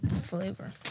flavor